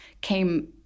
came